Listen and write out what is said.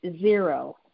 zero